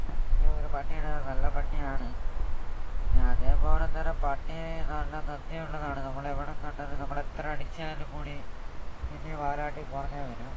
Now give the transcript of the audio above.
എനിക്ക് ഒരു പട്ടി ഉണ്ട് നല്ല പട്ടിയാണ് പിന്നെ അതേപോലെത്തന്നെ പട്ടി നല്ല നന്ദി ഉള്ളതാണ് നമ്മളെ എവിടെ കണ്ടാലും നമ്മൾ എത്ര അടിച്ചാലുംകൂടി പിന്നെയും വാലാട്ടി പുറകേ വരും